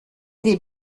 des